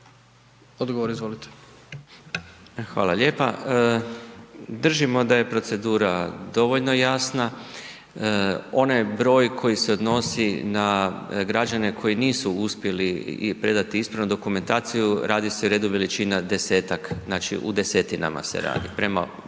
**Uhlir, Željko** E, hvala lijepa. Držimo da je procedura dovoljno jasna, onaj broj koji se odnosi na građane koji nisu uspjeli predati ispravnu dokumentaciju radi .../Govornik se ne razumije./... desetak, znači u desetinama se radi. Prema broju